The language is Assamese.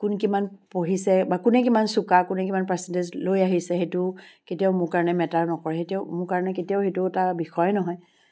কোন কিমান পঢ়িছে বা কোনে কিমান চোকা কোনে কিমান পাৰ্চেণ্টেজ লৈ আহিছে সেইটো কেতিয়াও মোৰ কাৰণে মেটাৰ নকৰে কেতিয়াও মোৰ কাৰণে কেতিয়াও সেইটো এটা বিষয়ে নহয়